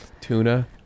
tuna